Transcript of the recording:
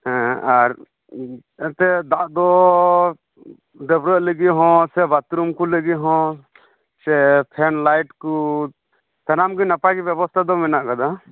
ᱦᱮᱸ ᱟᱨ ᱮᱱᱛᱮᱫ ᱫᱟᱜ ᱫᱚ ᱰᱟᱹᱵᱽᱨᱟᱹᱜ ᱞᱟᱹᱜᱤᱫ ᱦᱚᱸ ᱥᱮ ᱵᱟᱛᱷᱨᱩᱢ ᱠᱚ ᱞᱟᱹᱜᱤᱫ ᱦᱚᱸ ᱥᱮ ᱯᱷᱮᱱ ᱞᱟᱭᱤᱴ ᱠᱚ ᱥᱟᱱᱟᱢ ᱜᱮ ᱱᱟᱯᱟᱭ ᱜᱮ ᱵᱮᱵᱚᱛᱷᱟ ᱫᱚ ᱢᱮᱱᱟᱜ ᱟᱠᱟᱫᱟ